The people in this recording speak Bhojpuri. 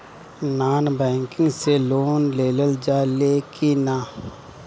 नॉन बैंकिंग से लोन लेल जा ले कि ना?